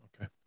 Okay